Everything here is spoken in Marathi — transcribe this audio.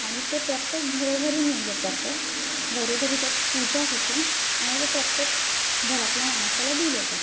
आणि ते प्रत्येक घरोघरी नेलं जातं घरोघरी त्याची पूजा होते आणि ते प्रत्येक घरातल्या माणसाला दिलं जातं